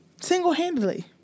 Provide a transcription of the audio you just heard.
single-handedly